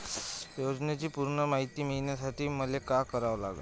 योजनेची पूर्ण मायती मिळवासाठी मले का करावं लागन?